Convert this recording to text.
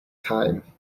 time